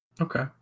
okay